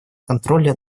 контроля